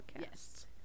Yes